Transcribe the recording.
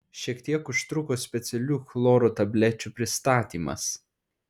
šiek tiek užtruko specialių chloro tablečių pristatymas